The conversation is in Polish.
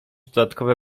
dodatkowe